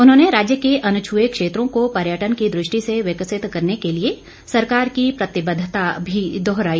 उन्होंने राज्य के अनछुए क्षेत्रों को पर्यटन की दृष्टि से विकसित करने के लिए सरकार की प्रतिबद्धता भी दोहराई